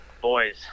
boys